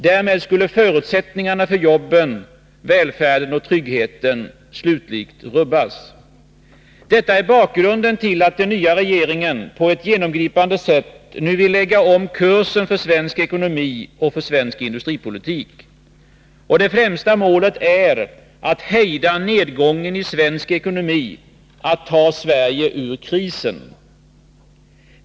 Därmed skulle förutsättningarna för jobben, välfärden och tryggheten slutligt rubbas. Detta är bakgrunden till att den nya regeringen på ett genomgripande sätt nu lägger om kursen för svensk ekonomi och för svensk industripolitik. Det främsta målet är att hejda nedgången i svensk ekonomi, att ta Sverige ur krisen.